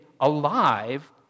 alive